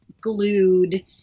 glued